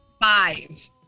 five